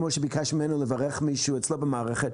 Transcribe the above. כמו שביקשתי ממנו לברך מישהו אצלו במערכת,